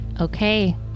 Okay